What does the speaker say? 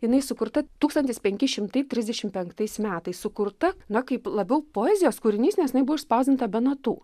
jinai sukurta tūkstantis penki šimtai trisdešim penktais metais sukurta na kaip labiau poezijos kūrinys nes jinai buvo išspausdinta be natų